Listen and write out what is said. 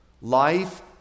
Life